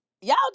Y'all